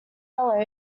yellow